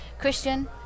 Christian